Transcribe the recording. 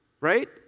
Right